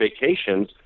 vacations